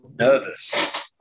Nervous